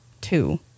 two